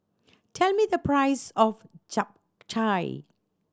tell me the price of Japchae